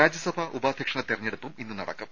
രാജ്യസഭാ ഉപാധ്യക്ഷന്റെ തെരഞ്ഞെടുപ്പും ഇന്ന് നടക്കും